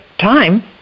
time